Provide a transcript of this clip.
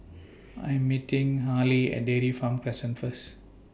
I Am meeting Harlie At Dairy Farm Crescent First